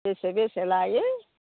बेसे बेसे लायो